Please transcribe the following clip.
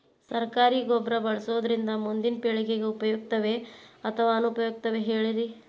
ಸರಕಾರಿ ಗೊಬ್ಬರ ಬಳಸುವುದರಿಂದ ಮುಂದಿನ ಪೇಳಿಗೆಗೆ ಉಪಯುಕ್ತವೇ ಅಥವಾ ಅನುಪಯುಕ್ತವೇ ಹೇಳಿರಿ